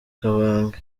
kabange